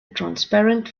transparent